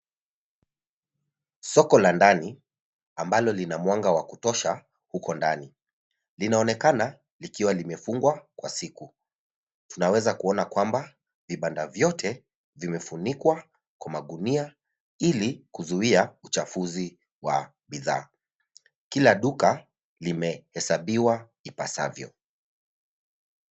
Soko la ndani ambalo lina mwanga wa kutosha huko ndani. Linaonekana likiwa limefungwa kwa siku. Tunaweza kuona kwamba vibanda vyote vimefunikwa kwa magunia ili kuzuia uchafuzi wa bidhaa. Kila duka limehesabiwa ipasavyo.